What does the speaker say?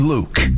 Luke